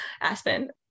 Aspen